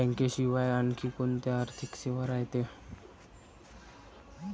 बँकेशिवाय आनखी कोंत्या आर्थिक सेवा रायते?